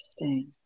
Interesting